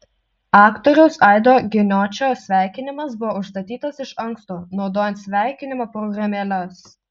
aktoriaus aido giniočio sveikinimas buvo užstatytas iš anksto naudojant sveikinimo programėles